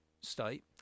state